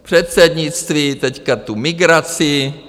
Předsednictví, teď tu migraci.